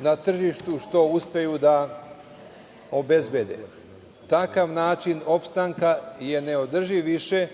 na tržištu što uspeju da obezbede. Takav način opstanka je neodrživ više,